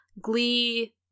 Glee